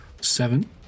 seven